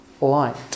light